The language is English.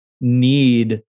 need